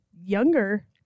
younger